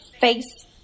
face